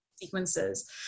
sequences